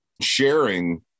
Sharing